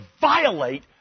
violate